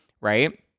right